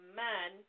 man